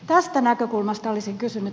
tästä näkökulmasta olisin kysynyt